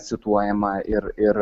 cituojama ir ir